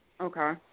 Okay